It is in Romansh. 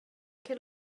che